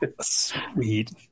Sweet